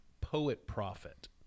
poet-prophet